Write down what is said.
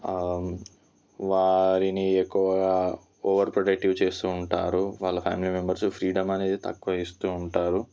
వారిని ఎక్కువగా over protective చేస్తు ఉంటారు వాళ్ళ ఫ్యామిలీ మెంబర్స్ ఫ్రీడమ్ అనేది తక్కువ ఇస్తు ఉంటారు